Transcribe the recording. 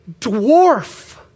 dwarf